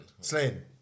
slain